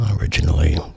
originally